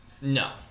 no